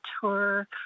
tour